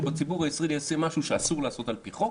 בציבור הישראלי יעשה משהו שאסור לעשות על פי חוק